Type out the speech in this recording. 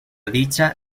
dicha